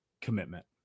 commitment